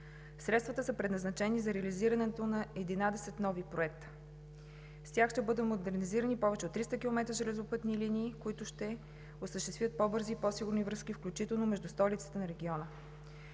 Средствата са предназначени за реализирането на 11 нови проекта. С тях ще бъдат модернизирани повече от 300 км железопътни линии, които ще осъществяват по-бързи и по-сигурни връзки, включително между столиците на региона.